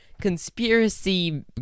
conspiracy